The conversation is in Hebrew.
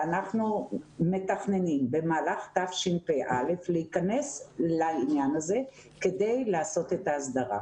אנחנו מתכננים במהלך תשפ"א להיכנס לעניין הזה כדי לעשות את ההסדרה,